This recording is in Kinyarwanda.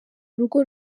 rugo